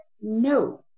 no